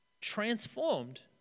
transformed